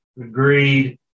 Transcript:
Agreed